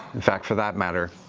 in fact, for that matter,